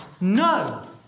no